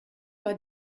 war